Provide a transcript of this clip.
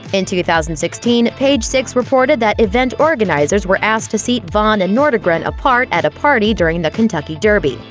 in two thousand and sixteen, page six reported that event organizers were asked to seat vonn and nordegren apart at a party during the kentucky derby.